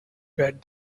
read